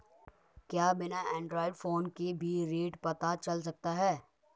क्या बिना Android phone के भी रेट पता चल सकता है?